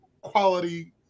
quality